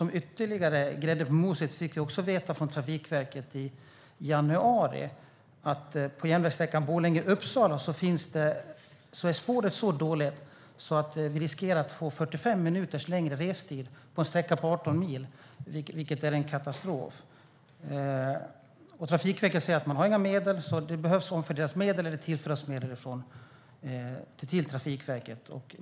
Som ytterligare grädde på moset fick vi i januari besked från Trafikverket om att spåret på järnvägssträckan Borlänge-Uppsala är så dåligt att restiden riskerar att förlängas med 45 minuter - detta på en sträcka som är 18 mil, vilket är en katastrof. Trafikverket säger att man inte har några medel, så därför behöver det omfördelas eller tillföras medel till Trafikverket.